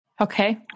okay